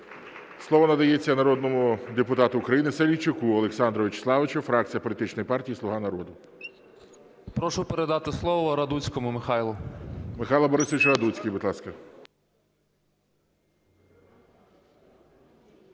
Слово надається народному депутату України Салійчуку Олександру В'ячеславовичу, фракція політичної партії "Слуга народу". 10:23:41 САЛІЙЧУК О.В. Прошу передати слово Радуцькому Михайлу. ГОЛОВУЮЧИЙ. Михайло Борисович Радуцький, будь ласка.